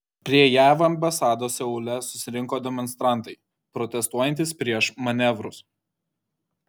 prie jav ambasados seule susirinko demonstrantai protestuojantys prieš manevrus